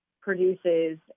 produces